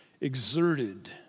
exerted